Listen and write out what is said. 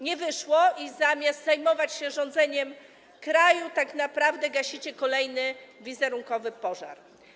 Nie wyszło i zamiast zajmować się rządzeniem krajem, tak naprawdę gasicie kolejny wizerunkowy pożar.